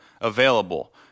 available